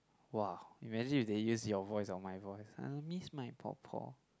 !wah! imagine if they use your voice or my voice I miss my por-por